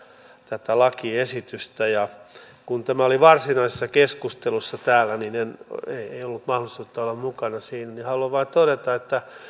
tätä lakiesitystä kun tämä oli varsinaisessa keskustelussa täällä minulla ei ollut mahdollisuutta olla mukana siinä mutta haluan vain todeta että